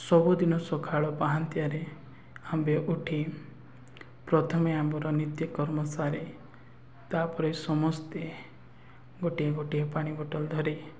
ସବୁଦିନ ସକାଳ ପାହାନ୍ତିଆରେ ଆମ୍ଭେ ଉଠି ପ୍ରଥମେ ଆମର ନିତ୍ୟ କର୍ମ ସାରେ ତାପରେ ସମସ୍ତେ ଗୋଟିଏ ଗୋଟିଏ ପାଣି ବୋଟଲ ଧରି